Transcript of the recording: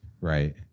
Right